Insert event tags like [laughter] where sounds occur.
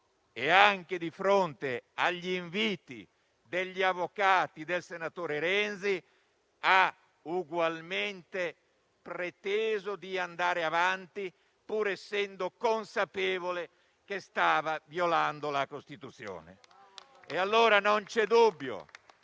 anche di fronte agli inviti degli avvocati del senatore Renzi, ha ugualmente preteso di andare avanti, pur essendo consapevole che stava violando la Costituzione. [applause] Non c'è dubbio